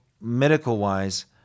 medical-wise